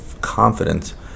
confidence